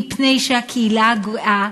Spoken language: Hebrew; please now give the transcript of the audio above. מפני שהקהילה הגאה,